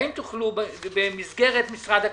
האם תוכלו במסגרת משרד הכלכלה,